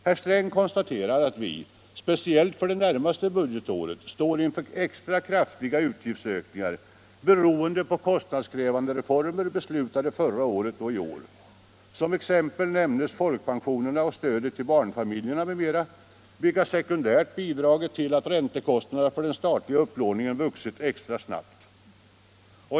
Herr Sträng konstaterar att vi — speciellt för det närmaste budgetåret — står inför extra kraftiga utgiftsökningar beroende på kostnadskrävande reformer, beslutade förra året och i år. Som exempel nämns folkpensionerna och stödet till barnfamiljerna, vilka sekundärt bidragit till att räntekostnaderna för den statliga upplåningen vuxit extra snabbt.